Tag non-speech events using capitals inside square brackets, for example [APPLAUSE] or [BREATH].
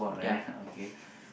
ya [BREATH]